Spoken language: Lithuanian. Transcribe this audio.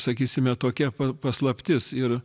sakysime tokia pa paslaptis ir